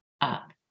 up